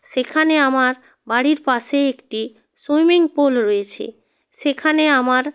সেখানে আমার বাড়ির পাশে একটি সুইমিং পুল রয়েছে সেখানে আমার